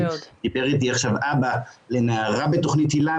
דיבר איתי עכשיו אבא לנערה בתכנית היל"ה